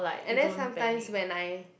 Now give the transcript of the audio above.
and then sometimes when I